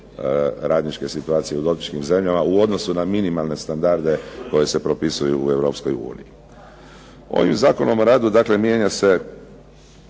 radničke situacije u dotičnim zemljama u odnosu na minimalne standarde koji se propisuju u Europskoj uniji. Ovim Zakonom o radu mijenja se